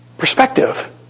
perspective